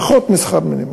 פחות משכר מינימום,